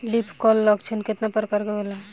Leaf curl लक्षण केतना परकार के होला?